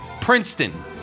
Princeton